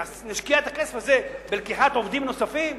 נשקיע את הכסף הזה בלקיחת עובדים נוספים,